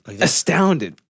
astounded